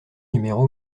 numéro